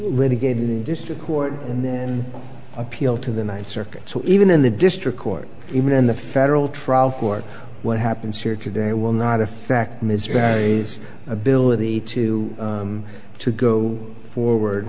litigated in district court and then appeal to the ninth circuit so even in the district court even in the federal trial for what happens here today will not affect ms barry's ability to to go forward